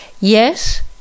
Yes